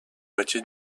moitié